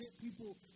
people